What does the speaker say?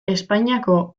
espainiako